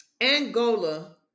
angola